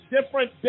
different